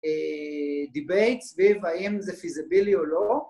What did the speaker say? דיבייט סביב האם זה ויזיבילי או לא